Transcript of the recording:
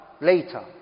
later